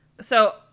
so-